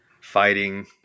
fighting